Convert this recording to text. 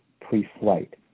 pre-flight